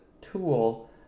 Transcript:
tool